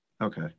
okay